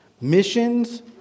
Missions